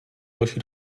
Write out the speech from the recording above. další